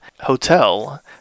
Hotel